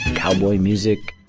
cowboy music.